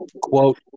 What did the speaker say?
quote